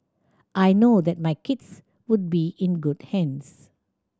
I know that my kids would be in good hands